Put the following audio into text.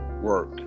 work